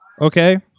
Okay